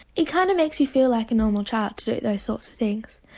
it kind of makes you feel like a normal child to do those sorts of things.